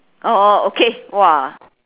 orh okay !wah!